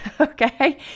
okay